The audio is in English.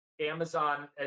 Amazon